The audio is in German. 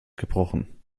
gebrochen